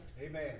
Amen